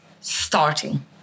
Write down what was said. starting